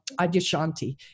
Adyashanti